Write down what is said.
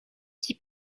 qui